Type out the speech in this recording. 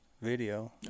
video